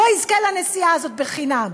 יזכו לנסיעה הזאת בחינם?